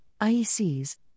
IEC's